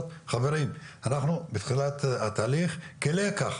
חברים אנחנו בתחילת התהליך, כלקח